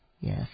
Yes